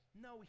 No